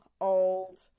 old